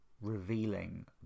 revealing